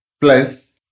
plus